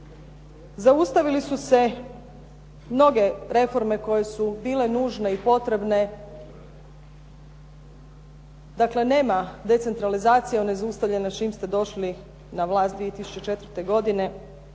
Zaustavili su se mnoge reforme koje su bile nužne i potrebne dakle, nema decentralizacije, ona je zaustavljena čim ste došli na vlast 2004. godine,